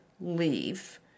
leave